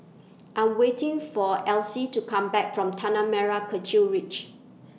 I'm waiting For Else to Come Back from Tanah Merah Kechil Ridge